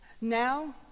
Now